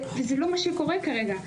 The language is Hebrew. וזה לא מה שקורה כרגע.